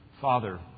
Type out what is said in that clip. Father